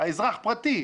אזרח פרטי.